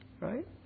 right